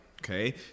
okay